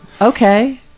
Okay